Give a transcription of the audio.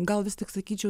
gal vis tik sakyčiau